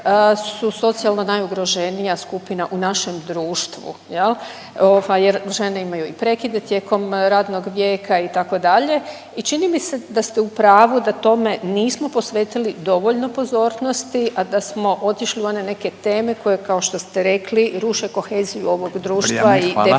su socijalno najugroženija skupina u našem društvu jel jer žene imaju i prekide tijekom radnog vijeka itd. i čini mi se da ste u pravu da tome nismo posvetili dovoljno pozornosti, a da smo otišli u one neke teme koje kao što ste rekli ruše koheziju ovog društva …/Upadica Radin: Vrijeme, hvala./…